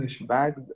back